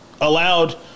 allowed